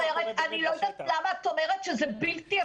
אני לא יודעת למה את אומרת שזה בלתי אפשרי לעמוד בקריטריונים.